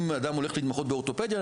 אם אדם הולך להתמחות באורתופדיה,